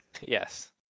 Yes